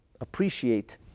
appreciate